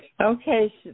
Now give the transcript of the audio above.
Okay